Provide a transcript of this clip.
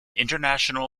international